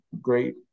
great